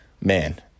man